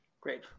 great